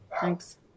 Thanks